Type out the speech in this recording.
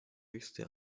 höchste